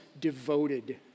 devoted